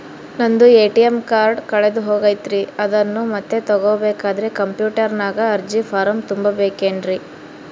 ನಂದು ATM card ಕಳೆದು ಹೋಗೈತ್ರಿ ಅದನ್ನು ಮತ್ತೆ ತಗೋಬೇಕಾದರೆ ಕಂಪ್ಯೂಟರ್ ನಾಗ ಅರ್ಜಿ ಫಾರಂ ತುಂಬಬೇಕನ್ರಿ?